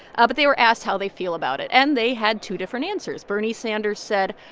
ah but they were asked how they feel about it. and they had two different answers. bernie sanders said,